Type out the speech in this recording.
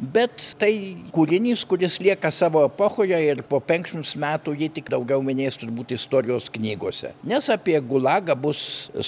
bet tai kūrinys kuris lieka savo epochoje ir po penkiasdešimt metų jį tik daugiau minės turbūt istorijos knygose nes apie gulagą bus